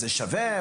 זה שווה?